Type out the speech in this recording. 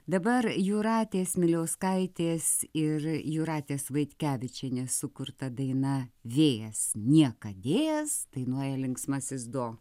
dabar jūratės miliauskaitės ir jūratės vaitkevičienės sukurta daina vėjas niekadėjas dainuoja linksmasis do